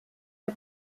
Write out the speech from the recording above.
der